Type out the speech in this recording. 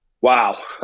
Wow